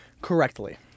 correctly